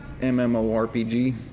MMORPG